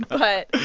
but,